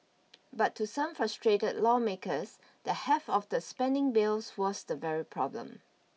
but to some frustrated lawmakers the heft of the spending bill was the very problem